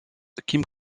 kim